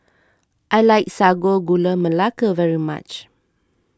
I like Sago Gula Melaka very much